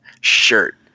shirt